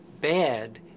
bad